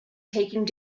taking